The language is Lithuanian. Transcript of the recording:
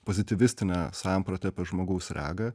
pozityvistinę sampratą apie žmogaus regą